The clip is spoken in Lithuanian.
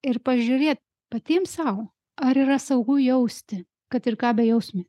ir pažiūrėt patiem sau ar yra saugu jausti kad ir ką bejausmį